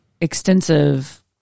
extensive